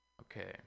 Okay